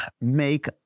make